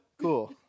Cool